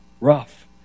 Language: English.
rough